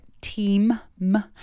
team